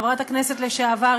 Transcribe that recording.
חברת הכנסת לשעבר,